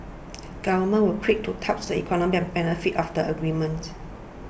governments were quick to touts the economic benefits of the agreement